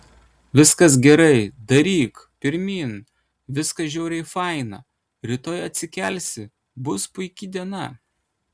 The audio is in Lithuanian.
viskas gerai daryk pirmyn viskas žiauriai faina rytoj atsikelsi bus puiki diena